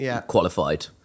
qualified